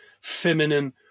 feminine